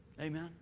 Amen